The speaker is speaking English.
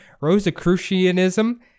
Rosicrucianism